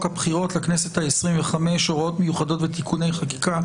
הבחירות לכנסת ה-25 (הוראות מיוחדות ותיקוני חקיקה),